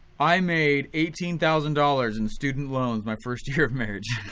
i made eighteen thousand dollars in student loans my first year of marriage.